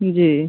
जी